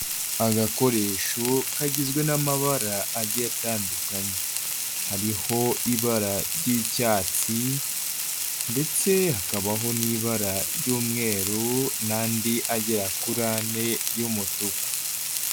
Agakoresho kagizwe n'amabara agiye atandukanye, hariho ibara ry'icyatsi ndetse hakabaho n'ibara ry'umweru n'andi agera kuri ane y'umutuku.